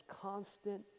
constant